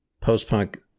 post-punk